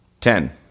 Ten